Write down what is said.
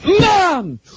Mom